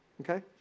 Okay